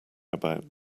about